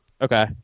Okay